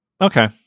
Okay